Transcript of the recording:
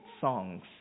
songs